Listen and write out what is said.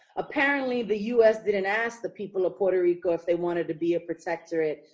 apparently, the us didn't ask the people of puerto rico if they wanted to be a protectorate.